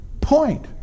point